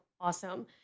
awesome